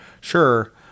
Sure